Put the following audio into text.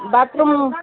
bathroom